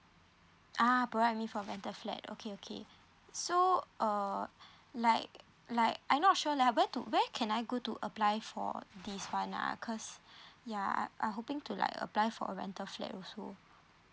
ah provide me for rental flat okay okay so err like like I not sure lah where to where can I go to apply for this fund ah cause yeah I I'm hoping to like apply for a rental flat also